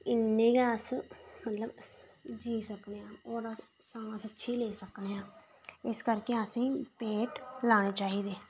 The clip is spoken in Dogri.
इन्ने गै अस मतलब जी सकने आं सांस अच्छी लेई सकने आं इस करियै असें गी पेड़ लाने चाहिदे